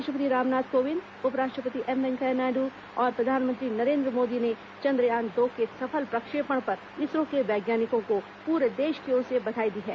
राष्ट्रपति रामनाथ कोविंद उप राष्ट्रपति एम वेंकैया नायडू और प्रधानमंत्री नरेन्द्र मोदी ने चंद्रयान दो के सफल प्रक्षेपण पर इसरो के वैज्ञानिकों को पूरे देश की ओर से बधाई दी है